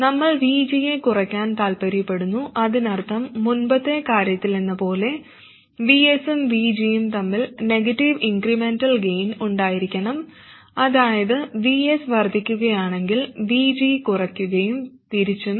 നമ്മൾ VG യെ കുറയ്ക്കാൻ താൽപ്പര്യപ്പെടുന്നു അതിനർത്ഥം മുമ്പത്തെ കാര്യത്തിലെന്നപോലെ Vs ഉം VG ഉം തമ്മിൽ നെഗറ്റീവ് ഇൻക്രെമെന്റൽ ഗൈൻ ഉണ്ടായിരിക്കണം അതായത് Vs വർദ്ധിക്കുകയാണെങ്കിൽ VG കുറയ്ക്കുകയും തിരിച്ചും